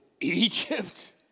Egypt